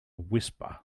whisper